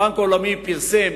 הבנק העולמי פרסם